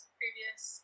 previous